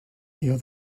here